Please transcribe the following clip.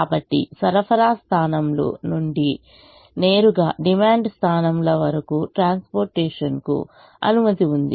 కాబట్టి సరఫరా స్థానాల నుండి నేరుగా డిమాండ్ స్థానాల వరకు ట్రాన్స్పోర్టేషన్కు అనుమతి ఉంది